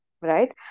right